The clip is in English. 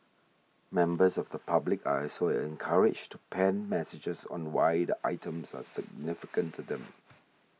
members of the public are also encouraged to pen messages on why the items are significant to them